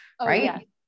Right